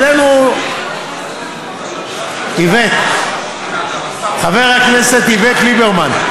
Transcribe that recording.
העלינו, איווט, חבר הכנסת איווט ליברמן,